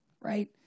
right